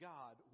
God